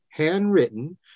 handwritten